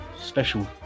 special